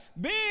big